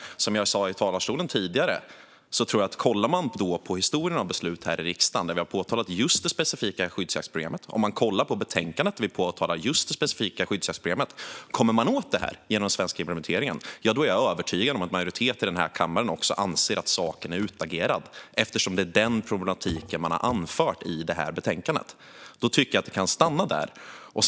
Jag sa tidigare i talarstolen att om man kollar på historien för besluten här i riksdagen ser man att vi har påtalat det specifika skyddsjaktsproblemet. Titta man på betänkandet ser man att vi påtalar det specifika skyddsjaktsproblemet. Om man kommer åt detta genom den svenska implementeringen är jag övertygad om att majoriteten här i kammaren också anser att saken är utagerad. Det är ju denna problematik som man har anfört i betänkandet. Jag tycker att det i så fall kan stanna där.